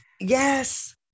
Yes